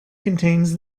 contains